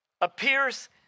appears